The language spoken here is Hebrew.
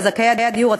לזכאי הדיור הציבורי,